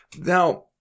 Now